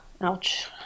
Ouch